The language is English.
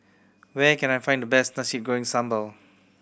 where can I find the best Nasi Goreng Sambal